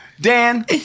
Dan